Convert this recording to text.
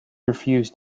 refuses